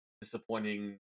disappointing